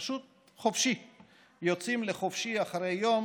פשוט יוצאים לחופשי אחרי יום